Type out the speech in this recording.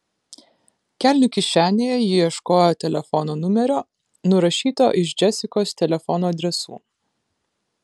kelnių kišenėje ji ieškojo telefono numerio nurašyto iš džesikos telefono adresų